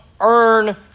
earn